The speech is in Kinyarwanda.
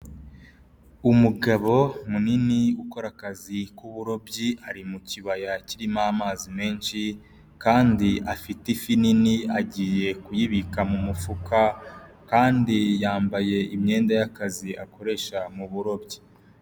Umugabo munini ukora akazi k'uburobyi ari mu kibaya kirimo amazi menshi, kandi afite ifi nini agiye kuyibika mu mufuka, kandi yambaye imyenda y'akazi akoresha mu burobyi.